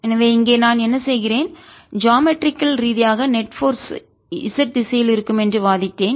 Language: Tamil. எனவே இங்கே நான் என்ன செய்கிறேன் ஜியாமெட்ரிக் வடிவியல் ரீதியாக நெட் போர்ஸ் நிகர விசை z திசையில் இருக்கும் என்று வாதிட்டேன்